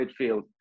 midfield